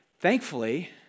Thankfully